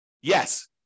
Yes